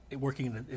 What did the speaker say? working